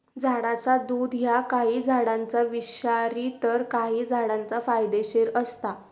झाडाचा दुध ह्या काही झाडांचा विषारी तर काही झाडांचा फायदेशीर असता